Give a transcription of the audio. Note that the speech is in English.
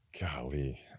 Golly